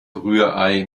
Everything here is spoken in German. rührei